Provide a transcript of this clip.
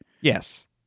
Yes